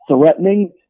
threatening